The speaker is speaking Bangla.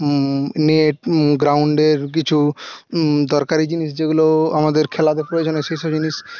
নেট গ্রাউন্ডের কিছু দরকারি জিনিস যেগুলো আমাদের খেলাতে প্রয়োজন হয় সে সব জিনিস